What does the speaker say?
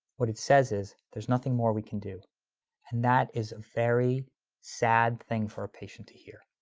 what it says is, there's nothing more we can do. and that is a very sad thing for a patient to hear.